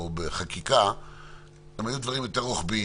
הם היו יותר רוחביים,